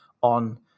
on